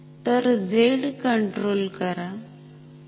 तर z control करा